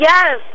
Yes